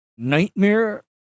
Nightmare